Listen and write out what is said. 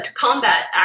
combat